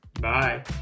Bye